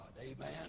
Amen